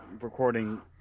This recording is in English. recording